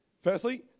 Firstly